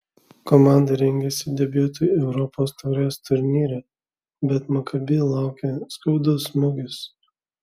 komanda rengėsi debiutui europos taurės turnyre bet makabi laukė skaudus smūgis